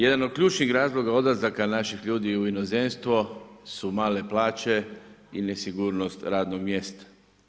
Jedan od ključnih razloga odlazaka naših ljudi u inozemstvo su male plaće i nesigurnost radnog mjesta.